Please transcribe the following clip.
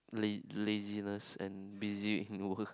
laz~ laziness and busy with work